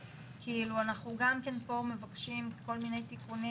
אנחנו גם כן פה מבקשים כל מיני תיקונים,